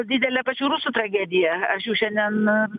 didelė pačių rusų tragedija aš jau šiandien